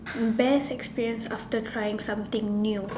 best experience after trying something new